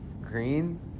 green